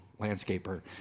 landscaper